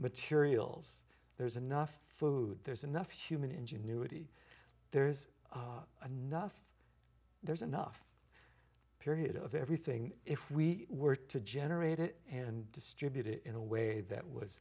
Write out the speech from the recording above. materials there's enough food there's enough human ingenuity there's a nuff there's enough period of everything if we were to generate it and distribute it in a way that was